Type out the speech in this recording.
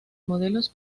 modelos